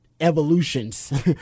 evolutions